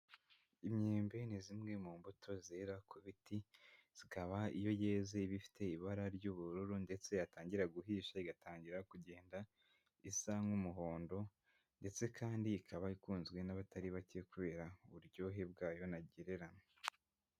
Imyembe ni zimwe mu mbuto zera ku biti, zikaba iyo yeze iba bifite ibara ry'ubururu ndetse yatangira guhisha igatangira kugenda isa nk'umuhondo, ndetse kandi ikaba ikunzwe n'abatari bake kubera uburyohe bwayo ntagereranywa.